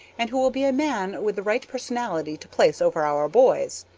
and who will be a man with the right personality to place over our boys.